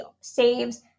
saves